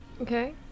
Okay